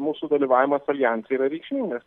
mūsų dalyvavimas aljanse yra reikšmingas